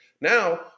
Now